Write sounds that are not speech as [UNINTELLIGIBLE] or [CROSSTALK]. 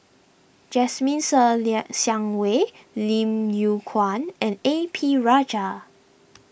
Jasmine Ser [UNINTELLIGIBLE] Xiang Wei Lim Yew Kuan and A P Rajah